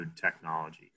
Technology